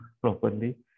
properly